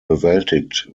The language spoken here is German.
bewältigt